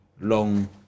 long